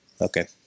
Okay